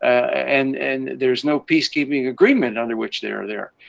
and and there's no peacekeeping agreement under which they are there.